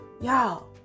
y'all